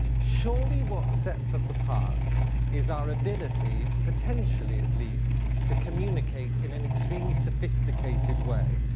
surely, what sets us apart is our ability, potentially at least, to communicate in an extremely sophisticated way.